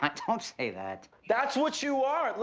on, don't say that. that's what you are,